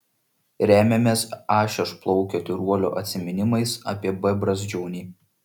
remiamės a šešplaukio tyruolio atsiminimais apie b brazdžionį